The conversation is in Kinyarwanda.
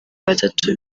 batatu